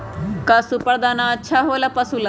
का सुपर दाना अच्छा हो ला पशु ला?